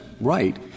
right